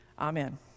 Amen